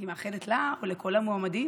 אני מאחלת לה ולכל המועמדים,